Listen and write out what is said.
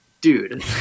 dude